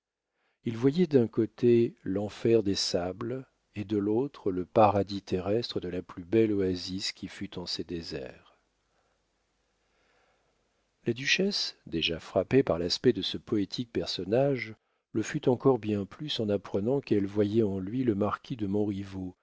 il voyait d'un côté l'enfer des sables et de l'autre le paradis terrestre de la plus belle oasis qui fût en ces déserts la duchesse déjà frappée par l'aspect de ce poétique personnage le fut encore bien plus en apprenant qu'elle voyait en lui le marquis de